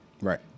right